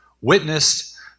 witnessed